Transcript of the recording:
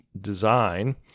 design